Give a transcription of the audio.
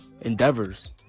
endeavors